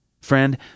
Friend